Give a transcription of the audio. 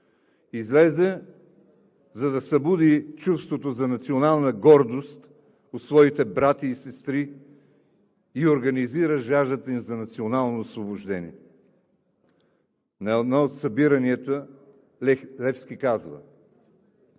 Излезе, за да събуди чувството за национална гордост у своите братя и сестри и организира жаждата им за национално освобождение. На едно от събиранията Левски казва: